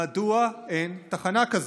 1. מדוע אין תחנה כזאת?